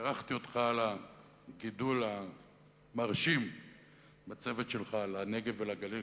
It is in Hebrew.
בירכתי אותך על הגידול המרשים בצוות שלך לנגב ולגליל.